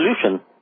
solution